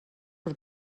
per